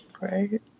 right